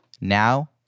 Now